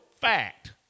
fact